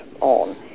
on